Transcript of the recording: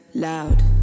loud